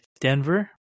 Denver